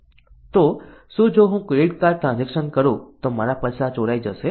તો શું જો હું ક્રેડિટ કાર્ડ ટ્રાન્ઝેક્શન કરું તો મારા પૈસા ચોરાઈ જશે